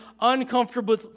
uncomfortable